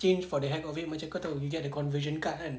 change for the heck of it macam kau tahu you get the conversion card kan